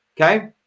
Okay